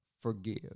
forgive